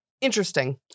Interesting